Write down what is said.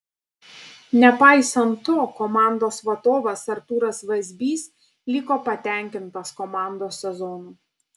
nepaisant to komandos vadovas artūras vazbys liko patenkintas komandos sezonu